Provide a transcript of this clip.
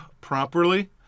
properly